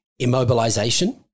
immobilization